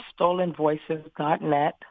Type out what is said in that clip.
stolenvoices.net